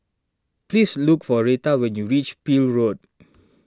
please look for Retha when you reach Peel Road